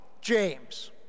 James